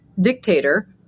dictator